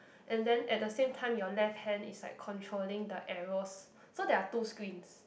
and then at the same time your left hand is like controlling the arrows so there are two screens